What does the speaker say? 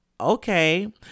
okay